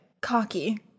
cocky